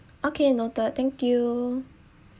okay noted thank you